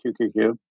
QQQ